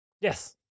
Yes